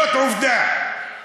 זאת עובדה.